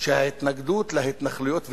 שההתנגדות להתנחלויות ולקיומן,